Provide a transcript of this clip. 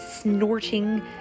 snorting